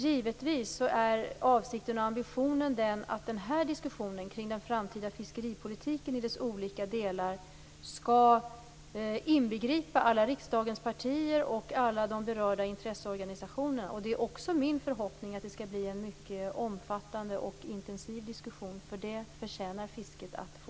Givetvis är avsikten och ambitionen att diskussionen kring den framtida fiskeripolitiken i dess olika delar skall inbegripa alla riksdagens partier och alla berörda intresseorganisationer. Det är också min förhoppning att det skall bli en mycket omfattande och intensiv diskussion. Det förtjänar fisket att få.